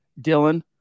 Dylan